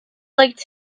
like